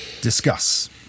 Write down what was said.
Discuss